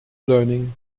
learning